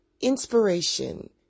inspiration